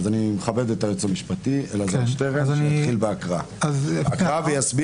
אז אני מכבד את היועץ המשפטי אלעזר שטרן שיתחיל בהקראה ויסביר,